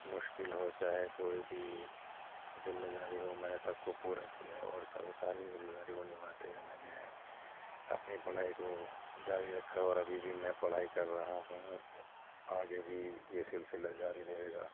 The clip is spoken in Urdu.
مشکل ہو چاہے کوئی بھی ذمے داری ہو میں نے سب کو پورا کیا اور سب ساری ذمے داری کو نبھاتے ہوئے میں نے اپنی پڑھائی کو جاری رکھا اور ابھی بھی میں پڑھائی کر رہا ہوں آگے بھی یہ سلسلہ جاری رہے گا